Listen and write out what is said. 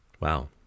Wow